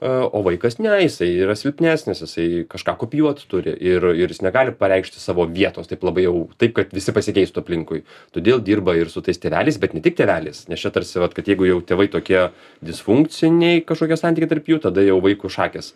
o vaikas ne jisai yra silpnesnis jisai kažką kopijuot turi ir ir jis negali pareikšti savo vietos taip labai jau taip kad visi pasikeistų aplinkui todėl dirba ir su tais tėveliais bet ne tik tėveliais nes čia tarsi vat kad jeigu jau tėvai tokie disfunkciniai kažkokie santykių tarp jų tada jau vaikui šakės